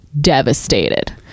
devastated